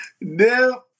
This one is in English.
No